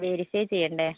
verify ചെയ്യണ്ടേ